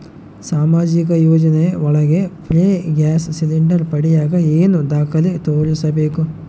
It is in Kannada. ಸಾಮಾಜಿಕ ಯೋಜನೆ ಒಳಗ ಫ್ರೇ ಗ್ಯಾಸ್ ಸಿಲಿಂಡರ್ ಪಡಿಯಾಕ ಏನು ದಾಖಲೆ ತೋರಿಸ್ಬೇಕು?